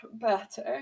better